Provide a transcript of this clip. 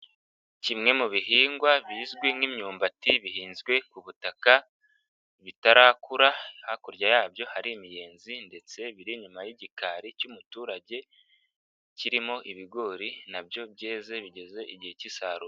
Kimwe mu bihingwa bizwi nk'imyumbati bihinzwe ku butaka bitarakura, hakurya yabyo hari imiyenzi ndetse biri inyuma y'igikari cy'umuturage kirimo ibigori na byo byeze bigeze igihe k'isarura.